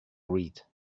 read